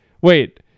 wait